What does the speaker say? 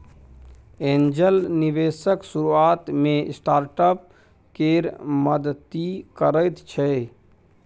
angel निबेशक शुरुआत मे स्टार्टअप केर मदति करैत छै